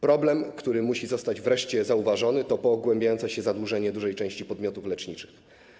Problem, który musi zostać wreszcie zauważony, to pogłębiające się zadłużenie dużej części podmiotów leczniczych.